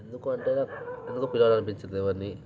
ఎందుకు అంటే నాకు ఎందుకో పిలువాలి అని అనిపించలేదు ఎవరినీ